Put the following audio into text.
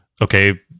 okay